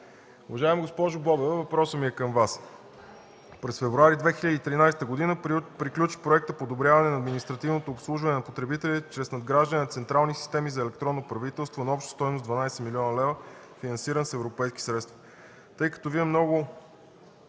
Уважаема госпожо Бобева, въпросът ми е към Вас. През месец февруари 2013 г. приключи проектът „Подобряване на административното обслужване на потребителите чрез надграждане на централни системи за електронно правителство” на обща стойност 12 млн. лв., финансиран с европейски средства. Тъй като Вие много